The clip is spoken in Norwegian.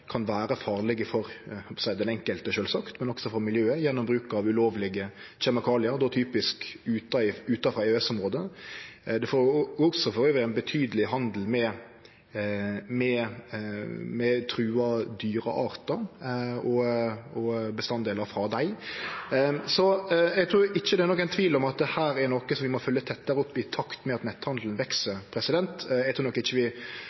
kan vere farlege for den enkelte sjølvsagt, men òg for miljøet gjennom bruk av ulovlege kjemikaliar, då typisk utanfor EØS-området. Det føregår elles ein betydeleg handel med trua dyreartar og bestanddelar frå dei. Eg trur ikkje det er nokon tvil om at dette er noko vi må følgje tettare opp i takt med at netthandelen veks. Eg trur ikkje at vi